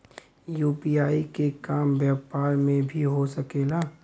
UPI के काम व्यापार में भी हो सके ला?